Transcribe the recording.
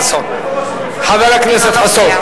חבר הכנסת חסון.